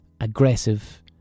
aggressive